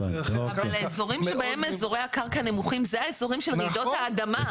אבל האזורים שבהם אזורי הקרקע נמוכים זה האזורים של רעידות האדמה.